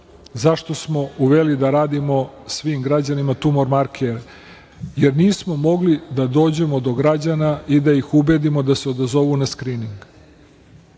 zašto smo uveli da radimo svim građanima tumor marker. Nismo mogli da dođemo do građana i da ih ubedimo da se odazovu na skrining.